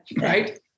right